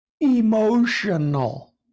emotional